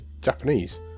Japanese